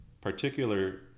particular